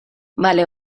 vale